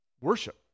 worship